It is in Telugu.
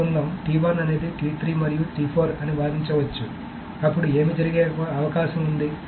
అనుకుందాం అనేది మరియు అని వాదించవచ్చు అప్పుడు ఏమి జరిగే అవకాశం వుంది